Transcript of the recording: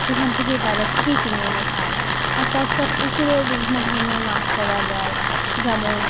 সেখান থেকে বাজার থেকেই কিনে এনে খায় আর তাছাড়া পুকুরেও বিভিন্ন ধরনের মাছ পাওয়া যায় যেমন